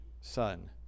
son